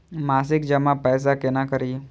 मासिक जमा पैसा केना करी?